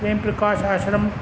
प्रेम Prakash आश्रम